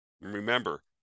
Remember